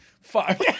Fuck